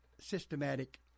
systematic